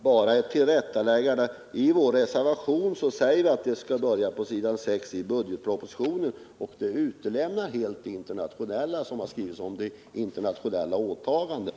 Herr talman! Jag vill bara göra ett tillrättaläggande. I vår reservation föreslår vi en ändring av den del av utskottets yttrande som på s. 6 börjar med ”I budgetpropositionen” och på s. 7 slutar med ”utskottet anfört”. Här utelämnas helt frågan om det internationella åtagandet.